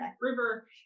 River